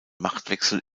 machtwechsel